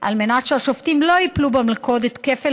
על מנת שהשופטים לא ייפלו במלכודת כפל